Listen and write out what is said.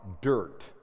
dirt